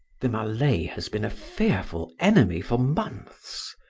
the malay has been a fearful enemy for months.